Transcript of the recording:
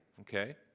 okay